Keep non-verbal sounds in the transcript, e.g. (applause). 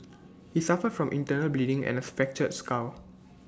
(noise) he suffered from internal bleeding and A fractured skull